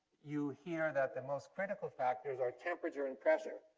you hear that the most critical factors are temperature and pressure.